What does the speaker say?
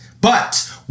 but